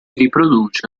riproduce